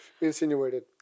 insinuated